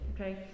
okay